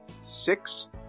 six